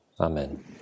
Amen